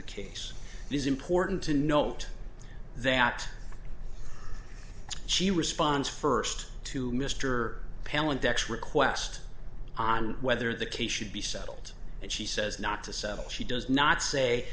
the case is important to note that she responds first to mr palin deck's request on whether the case should be settled and she says not to settle she does not say